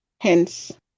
hence